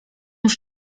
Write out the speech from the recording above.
już